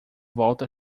volta